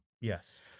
Yes